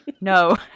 No